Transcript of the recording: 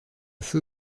feu